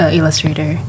Illustrator